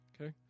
okay